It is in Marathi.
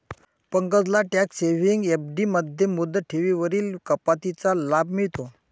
पंकजला टॅक्स सेव्हिंग एफ.डी मध्ये मुदत ठेवींवरील कपातीचा लाभ मिळतो